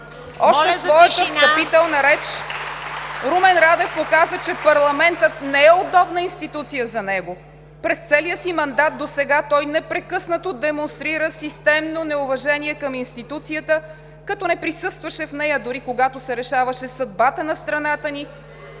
от „БСП за България“.) Румен Радев показа, че парламентът не е удобна институция за него. През целия си мандат досега той непрекъснато демонстрира системно неуважение към институцията, като не присъстваше в нея, дори когато се решаваше съдбата на страната ни